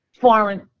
foreign